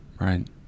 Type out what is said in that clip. right